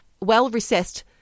well-recessed